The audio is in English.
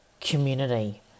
community